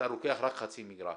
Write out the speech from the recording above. אתה לוקח רק חצי מגרש.